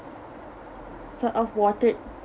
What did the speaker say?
sort of watered